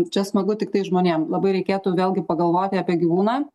čia smagu tiktai žmonėm labai reikėtų vėlgi pagalvoti apie gyvūną